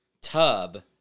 tub